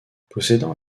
possédant